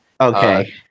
Okay